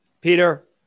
Peter